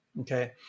Okay